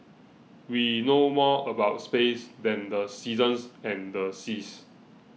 we know more about space than the seasons and the seas